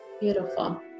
Beautiful